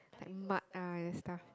like mud ah that stuff